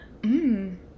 Mmm